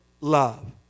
love